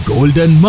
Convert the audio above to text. Golden